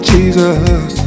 Jesus